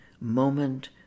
moment